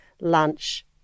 lunch